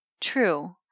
true